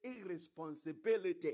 irresponsibility